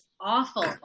awful